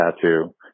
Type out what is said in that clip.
tattoo